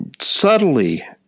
subtly